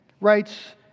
writes